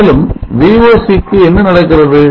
மேலும் Voc க்கு என்ன நடக்கிறது